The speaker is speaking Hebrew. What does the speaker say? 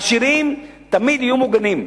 העשירים תמיד יהיו מוגנים,